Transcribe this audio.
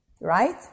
right